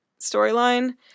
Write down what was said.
storyline